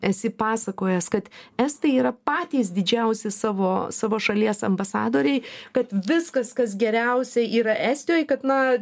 esi pasakojęs kad estai yra patys didžiausi savo savo šalies ambasadoriai kad viskas kas geriausia yra estijoj kad na